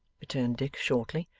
returned dick, shortly.